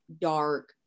dark